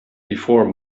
before